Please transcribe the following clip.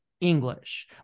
English